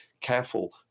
careful